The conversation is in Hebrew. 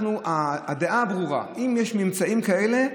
הדעה הברורה היא שאם יש ממצאים כאלה,